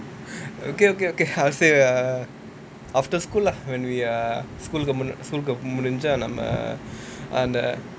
okay okay okay I'll say err after school lah when we err school முன்ன:munna school முடிஞ்சா நம்ம:mudinjaa namma